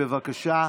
בבקשה,